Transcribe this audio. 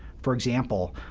for example,